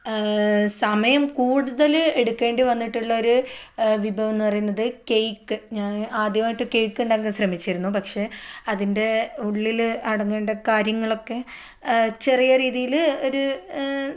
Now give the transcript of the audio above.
സമയം കൂടുതൽ എടുക്കേണ്ടി വന്നിട്ടുള്ള ഒരു വിഭവംന്ന് പറയുന്നത് കേക്ക് ഞാൻ ആദ്യമായിട്ട് കേക്ക് ഉണ്ടാക്കാൻ ശ്രമിച്ചിരുന്നു പക്ഷേ അതിൻ്റെ ഉള്ളിൽ അടങ്ങേണ്ട കാര്യങ്ങളൊക്കെ ചെറിയ രീതിയിൽ ഒരു